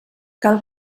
cal